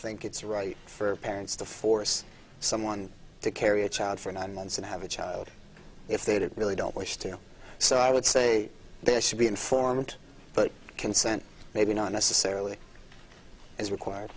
think it's right for parents to force someone to carry a child for nine months and have a child if they really don't wish to do so i would say there should be informed but consent maybe not necessarily is required